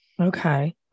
Okay